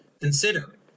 Consider